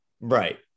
Right